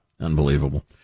unbelievable